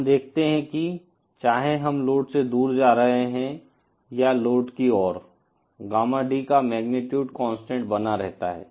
हम देखते हैं कि चाहे हम लोड से दूर जा रहे हैं या लोड की ओर गामा D का मैग्नीट्यूड कांस्टेंट बना रहता है